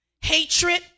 hatred